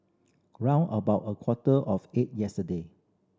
round about a quarter of eight yesterday